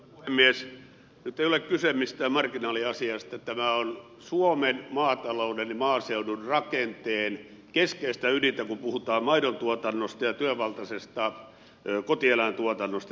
nyt ei ole kyse mistään marginaaliasiasta tämä on suomen maatalouden ja maaseudun rakenteen keskeistä ydintä kun puhutaan maidontuotannosta ja työvaltaisesta kotieläintuotannosta